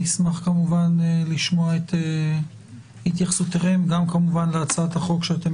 נשמח לשמוע את התייחסותכם גם כמובן להצעת החוק שאתם